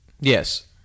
Yes